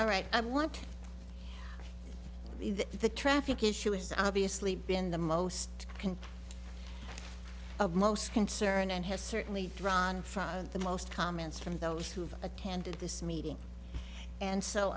all right i want the traffic issue is obviously been the most of most concern and has certainly drawn from the most comments from those who've attended this meeting and so